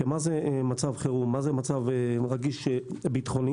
של מה זה מצב חירום, מה זה מצב רגיש ביטחונית,